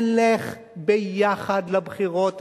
כולנו נלך יחד לבחירות הכלליות,